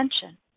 attention